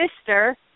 sister